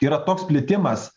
yra toks plitimas